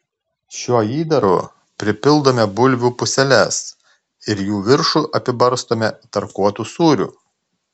šiuo įdaru pripildome bulvių puseles ir jų viršų apibarstome tarkuotu sūriu